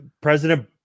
President